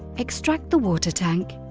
extract the water tank,